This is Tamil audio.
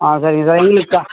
ஆ சரிங்க சார் எங்களுக்கு